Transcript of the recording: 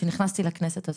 כשנכנסתי לכנסת הזאת,